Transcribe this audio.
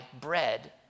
bread